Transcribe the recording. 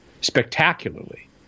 spectacularly